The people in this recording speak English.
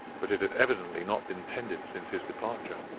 but it had evidently not been tended since his departure.